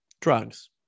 drugs